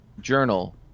journal